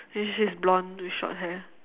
and she's blonde with short hair